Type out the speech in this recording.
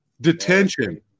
Detention